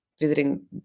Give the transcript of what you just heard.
Visiting